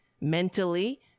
Mentally